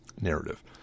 narrative